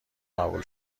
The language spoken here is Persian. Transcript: قبول